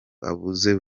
abuze